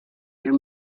your